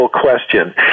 question